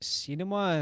cinema